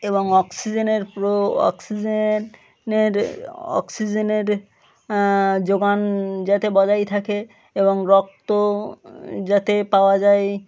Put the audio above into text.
এবং অক্সিজেনের অক্সিজেন এর অক্সিজেনের জোগান যাতে বজায় থাকে এবং রক্ত যাতে পাওয়া যায়